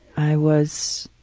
i was,